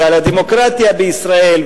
על הדמוקרטיה בישראל,